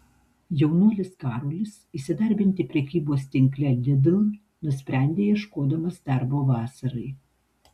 jaunuolis karolis įsidarbinti prekybos tinkle lidl nusprendė ieškodamas darbo vasarai